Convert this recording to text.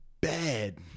bad